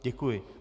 Děkuji.